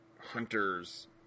hunter's